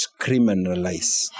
criminalize